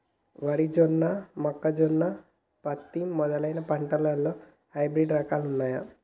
వరి జొన్న మొక్కజొన్న పత్తి మొదలైన పంటలలో హైబ్రిడ్ రకాలు ఉన్నయా?